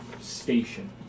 station